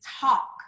talk